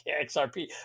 XRP